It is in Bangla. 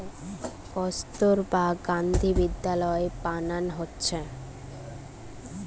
কস্তুরবা গান্ধী বিদ্যালয় বানানা হচ্ছে